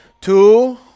two